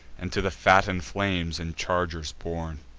and to the fatten'd flames in chargers borne.